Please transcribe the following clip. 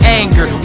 anger